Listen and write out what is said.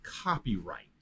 copyright